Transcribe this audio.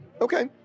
Okay